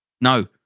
No